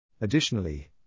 Additionally